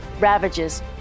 ravages